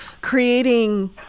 creating